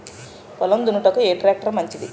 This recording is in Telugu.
పొలం దున్నుటకు ఏ ట్రాక్టర్ మంచిది?